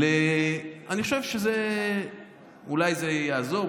אני חושב שאולי זה יעזור,